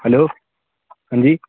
hello अंजी